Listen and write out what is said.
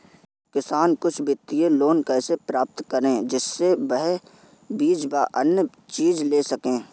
किसान कुछ वित्तीय लोन कैसे प्राप्त करें जिससे वह बीज व अन्य चीज ले सके?